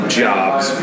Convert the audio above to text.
jobs